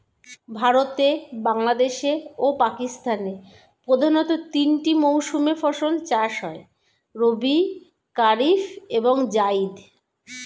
ভারতে, বাংলাদেশ ও পাকিস্তানের প্রধানতঃ তিনটি মৌসুমে ফসল চাষ হয় রবি, কারিফ এবং জাইদ